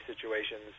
situations